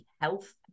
health